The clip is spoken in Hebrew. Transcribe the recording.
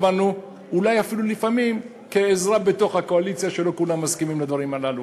אולי אפילו לפעמים כעזרה בתוך הקואליציה כשלא כולם מסכימים לדברים הללו.